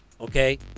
Okay